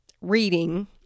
reading